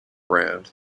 brand